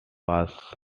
was